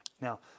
Now